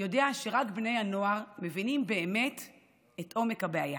יודע שרק בני הנוער מבינים באמת את עומק הבעיה.